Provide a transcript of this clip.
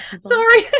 Sorry